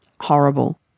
horrible